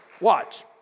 watch